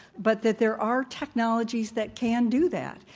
but that there are technologies that can do that,